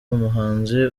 umuhanzi